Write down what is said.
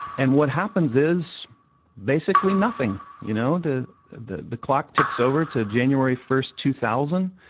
and what happens is basically nothing. you know, the the the clock ticks over to january first, two thousand,